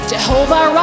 Jehovah